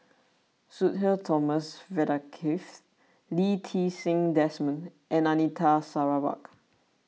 Sudhir Thomas Vadaketh Lee Ti Seng Desmond and Anita Sarawak